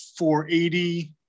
480